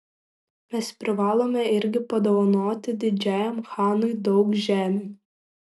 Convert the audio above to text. mes privalome irgi padovanoti didžiajam chanui daug žemių